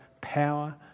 power